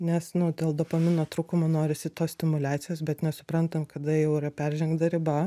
nes nu dėl dopamino trūkumo norisi tos stimuliacijos bet nesuprantam kada jau yra peržengta riba